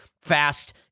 fast